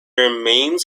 remains